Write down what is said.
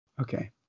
Okay